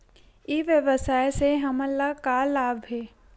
ई व्यवसाय से हमन ला का लाभ हे?